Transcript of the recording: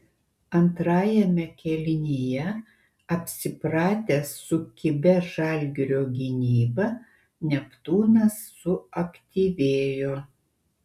antrajame kėlinyje apsipratęs su kibia žalgirio gynyba neptūnas suaktyvėjo